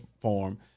form